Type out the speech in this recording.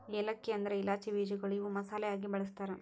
ಏಲಕ್ಕಿ ಅಂದುರ್ ಇಲಾಚಿ ಬೀಜಗೊಳ್ ಇವು ಮಸಾಲೆ ಆಗಿ ಬಳ್ಸತಾರ್